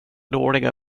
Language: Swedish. dåliga